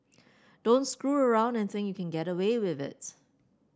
don't screw around and think you can get away with it